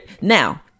Now